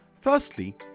Firstly